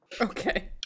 Okay